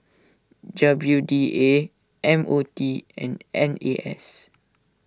W D A M O T and N A S